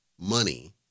money